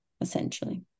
essentially